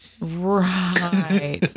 Right